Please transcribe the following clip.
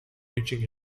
reaching